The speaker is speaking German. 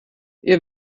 ihr